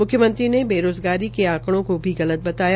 म्ख्यमंत्री ने बेरोज़गारी के आंकड़ो को गलत भी बताया